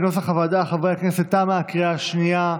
חברי הכנסת, תמה הקריאה השנייה.